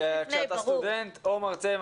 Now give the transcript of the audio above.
כשאתה סטודנט או מרצה,